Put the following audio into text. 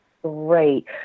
Great